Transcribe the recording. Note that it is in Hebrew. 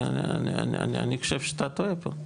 אני חושב שאתה טועה פה.